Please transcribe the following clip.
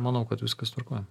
manau kad viskas tvarkoj